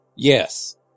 Yes